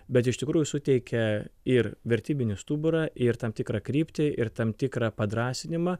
bet iš tikrųjų suteikia ir vertybinį stuburą ir tam tikrą kryptį ir tam tikrą padrąsinimą